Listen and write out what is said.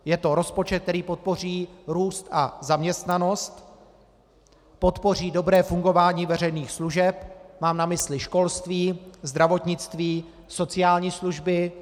Je to rozpočet, který podpoří růst a zaměstnanost, podpoří dobré fungování veřejných služeb mám na mysli školství, zdravotnictví, sociální služby.